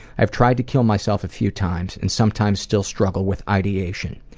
i've tried to kill myself a few times and sometimes still struggle with ideation.